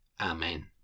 Amen